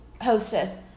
Hostess